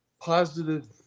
positive